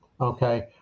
okay